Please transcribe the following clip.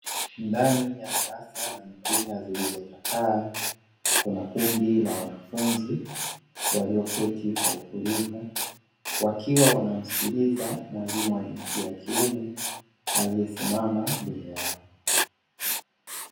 Ndani ya darasa lenye Kuta zilizochakaa, Kuna kundi la wanafunzi walioketi kwa utulivu. Wakiwa wanasikiliza mwalimu wa jinsia ya kiume aliyesimama mbele yao.